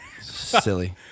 Silly